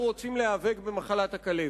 כולנו רוצים להיאבק במחלת הכלבת.